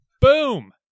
Boom